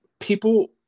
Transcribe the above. People